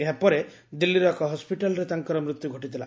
ଏହା ପରେ ଦିଲ୍ଲୀର ଏକ ହସ୍କିଟାଲରେ ତାଙ୍କର ମୃତ୍ୟୁ ଘଟିଥିଲା